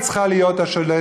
היא צריכה להיות השולטת,